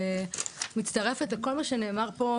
אני מצטרפת לכל מה שנאמר פה,